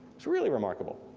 it's really remarkable.